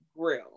grill